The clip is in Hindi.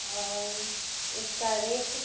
और उसका रेट